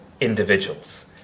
individuals